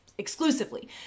exclusively